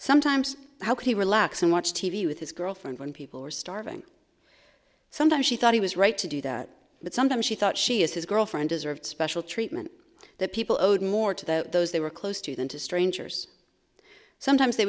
sometimes how could he relax and watch t v with his girlfriend when people were starving sometimes she thought he was right to do that but sometimes she thought she is his girlfriend deserved special treatment that people owed more to the those they were close to than to strangers sometimes they